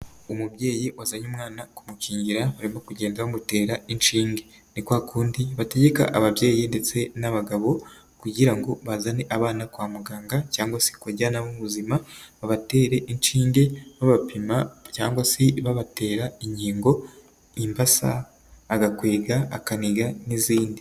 Umubyeyi wazanye umwana kumukingira barimo kugenda bamutera inshinge, ni kwa kundi bategeka ababyeyi ndetse n'abagabo kugira ngo bazane abana kwa muganga cyangwa se ku bajyanama b'ubuzima, babatere inshinge babapima cyangwa se babatera inkingo, imbasa, agakwega, akaniga n'izindi.